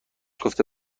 گفته